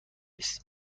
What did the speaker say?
هست